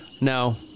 No